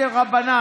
נפטרו.